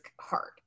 hard